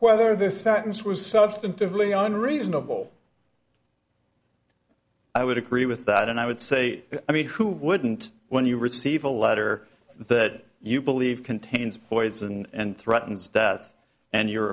whether this sentence was substantively on reasonable i would agree with that and i would say i mean who wouldn't when you receive a letter that you believe contains poison and threatens death and you're